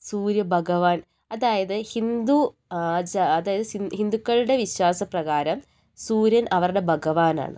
സൂര്യ ഭഗവാൻ അതായത് ഹിന്ദു ആചാരം അതായത് ഹിന്ദുക്കളുടെ വിശ്വാസപ്രകാരം സൂര്യൻ അവരുടെ ഭഗവാനാണ്